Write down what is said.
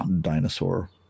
dinosaur